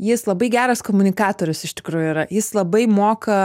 jis labai geras komunikatorius iš tikrųjų yra jis labai moka